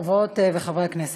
חברות וחברי הכנסת,